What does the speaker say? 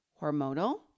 hormonal